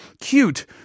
cute